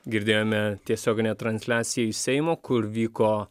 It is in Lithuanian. girdėjome tiesioginę transliaciją iš seimo kur vyko